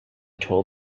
total